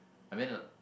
I mean